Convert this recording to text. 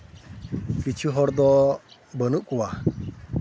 ᱠᱤᱪᱷᱩ ᱦᱚᱲ ᱫᱚ ᱵᱟᱹᱱᱩᱜ ᱠᱚᱣᱟ